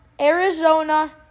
Arizona